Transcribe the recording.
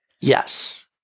Yes